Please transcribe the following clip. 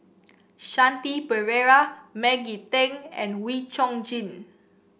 Shanti Pereira Maggie Teng and Wee Chong Jin